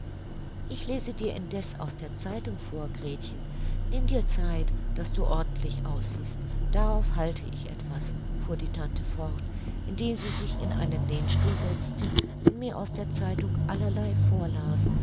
ich lese dir indeß aus der zeitung vor gretchen nimm dir zeit daß du ordentlich aussiehst darauf halte ich etwas fuhr die tante fort indem sie sich in einen lehnstuhl setzte und mir aus der zeitung allerlei vorlas